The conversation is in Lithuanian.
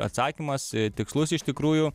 atsakymas tikslus iš tikrųjų